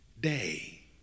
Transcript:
day